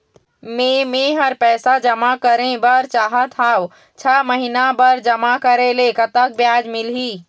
मे मेहर पैसा जमा करें बर चाहत हाव, छह महिना बर जमा करे ले कतक ब्याज मिलही?